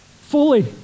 fully